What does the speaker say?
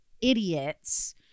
idiots